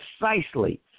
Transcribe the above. precisely